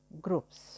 groups